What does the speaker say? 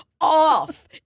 off